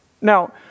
Now